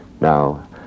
Now